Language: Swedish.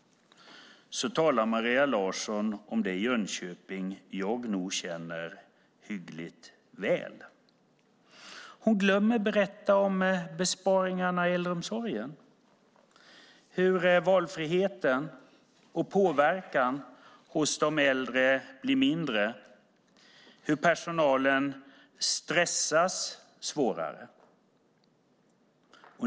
Maria Larsson talar om det Jönköping jag nog känner hyggligt väl. Hon glömmer berätta om besparingarna i äldreomsorgen, hur valfriheten och påverkan hos de äldre blir mindre, hur personalen stressas svårare.